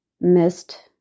missed